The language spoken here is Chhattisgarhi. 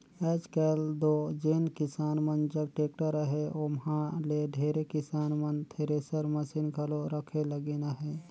आएज काएल दो जेन किसान मन जग टेक्टर अहे ओमहा ले ढेरे किसान मन थेरेसर मसीन घलो रखे लगिन अहे